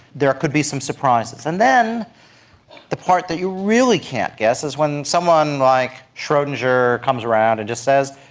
there could be some surprises. and then the part that you really can't guess is when someone like schrodinger comes around and just says,